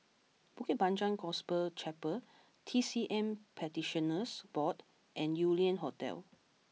Bukit Panjang Gospel Chapel T C M Practitioners Board and Yew Lian Hotel